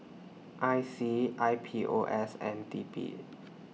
I C I P O S and T P